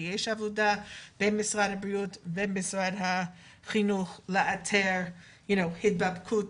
כי יש עבודה בין משרד הבריאות למשרד החינוך לאתר הידבקות